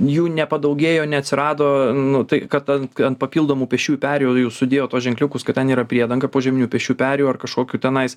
jų nepadaugėjo neatsirado nu tai kad ant papildomų pėsčiųjų perėjų sudėjo tuos ženkliukus kad ten yra priedanga požeminių pėsčiųjų perėjų ar kažkokių tenais